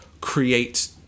create